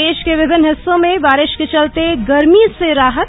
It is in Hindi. प्रदेश के विभिन्न हिस्सों में बारिश के चलते गर्मी से राहत